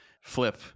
flip